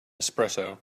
espresso